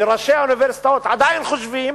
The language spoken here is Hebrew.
מראשי האוניברסיטאות, חושבים